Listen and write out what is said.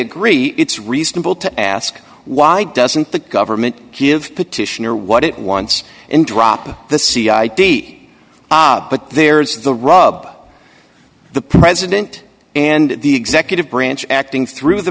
agree it's reasonable to ask why doesn't the government give petitioner what it wants and drop the c i d ah but there's the rub the president and the executive branch acting through the